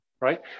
right